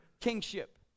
kingship